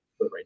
right